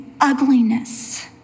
ugliness